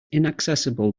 inaccessible